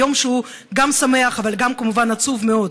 ביום שהוא גם שמח אבל גם כמובן עצוב מאוד,